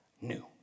new